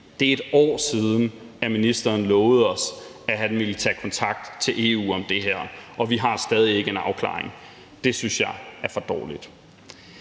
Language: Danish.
Det er 1 år siden, at ministeren lovede os, at han ville tage kontakt til EU om det her, og vi har stadig ikke en afklaring. Det synes jeg er for dårligt.